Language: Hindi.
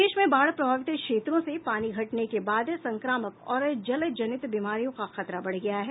प्रदेश में बाढ़ प्रभावित क्षेत्रों से पानी घटने के बाद संक्रामक और जल जनित बीमारियों का खतरा बढ़ गया है